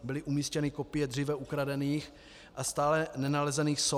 Byly umístěny kopie dříve ukradených a stále nenalezených soch.